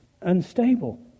Unstable